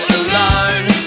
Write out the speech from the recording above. alone